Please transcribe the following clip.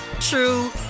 true